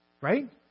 Right